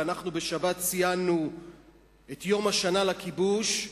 ואנחנו בשבת ציינו את יום השנה לכיבוש,